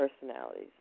personalities